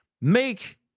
make